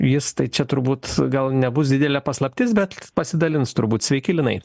jis tai čia turbūt gal nebus didelė paslaptis bet pasidalins turbūt sveiki linai